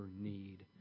need